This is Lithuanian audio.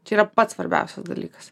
čia yra pats svarbiausias dalykas